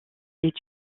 est